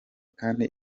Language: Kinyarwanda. kandi